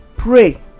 Pray